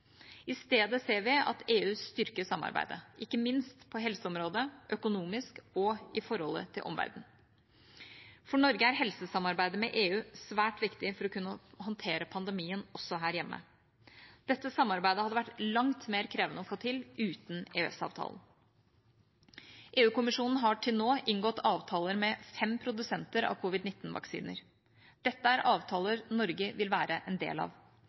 I stedet ser vi at EU styrker samarbeidet, ikke minst på helseområdet, økonomisk og i forholdet til omverdenen. For Norge er helsesamarbeidet med EU svært viktig for å kunne håndtere pandemien også her hjemme. Dette samarbeidet hadde vært langt mer krevende å få til uten EØS-avtalen. EU-kommisjonen har til nå inngått avtaler med fem produsenter av covid-19-vaksiner. Dette er avtaler Norge vil være en del av. Dette vil sikre Norge leveranser av vaksiner allerede i første halvdel av